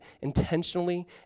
intentionally